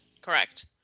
Correct